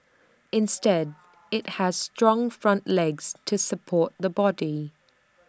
instead IT has strong front legs to support the body